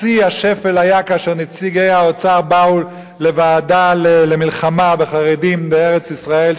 שיא השפל היה כאשר נציגי האוצר באו לוועדה למלחמה בחרדים בארץ-ישראל,